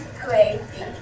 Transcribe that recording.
crazy